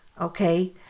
okay